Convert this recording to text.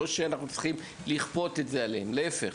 זה לא שאנחנו צריכים לכפות את זה עליהם, להיפך.